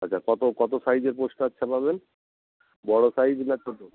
আচ্চা কত কত সাইজের পোস্টার ছাপাবেন বড়ো সাইজ না ছোটো